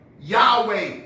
Yahweh